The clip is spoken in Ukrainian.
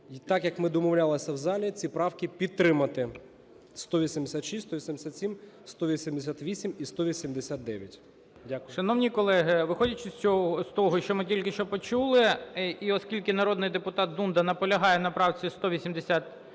так як ми домовлялися в залі, ці правки підтримати: 186, 187, 188 і 189.